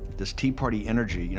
this tea party energy, you know,